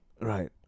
Right